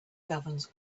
governs